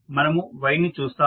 మనము y ని చూస్తాము